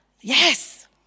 Yes